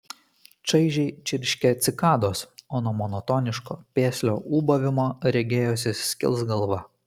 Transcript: šaižiai čirškė cikados o nuo monotoniško peslio ūbavimo regėjosi skils galva